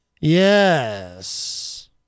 Yes